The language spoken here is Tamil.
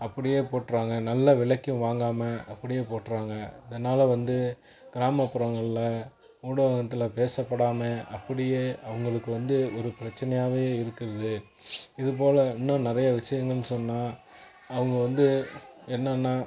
அப்டியே போட்டுகிறாங்க நல்ல விலைக்கு வாங்காமல் அப்படியே போட்டுகிறாங்க அதனால் வந்து கிராமப்புறங்களில் ஊடகத்தில் பேசப்படாமல் அப்படியே அவங்களுக்கு வந்து ஒரு பிரச்சினையாவே இருக்குது இதுபோல் இன்னும் நிறைய விஷயங்கள்னு சொன்னால் அவங்க வந்து என்னெனா